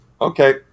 Okay